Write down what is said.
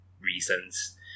reasons